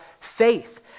faith